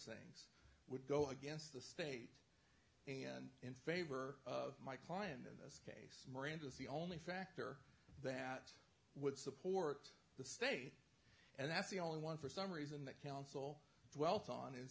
things would go against the state and in favor of my client in this case miranda is the only factor that would support the state and that's the only one for some reason that counsel welt on